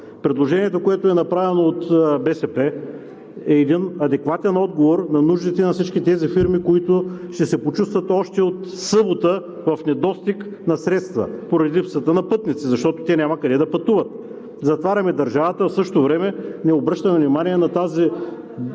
Предложението, което е направено от БСП, е един адекватен отговор на нуждите на всички тези фирми, които ще се почувстват още от събота в недостиг на средства поради липсата на пътници, защото те няма къде да пътуват. Затваряме държавата, а в същото време не обръщаме внимание на тази липса,